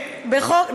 אנחנו מסכימים.